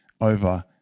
over